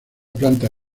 planta